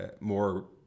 more